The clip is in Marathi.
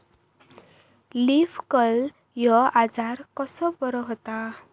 लीफ कर्ल ह्यो आजार कसो बरो व्हता?